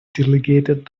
delegated